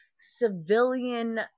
civilian